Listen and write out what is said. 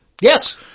Yes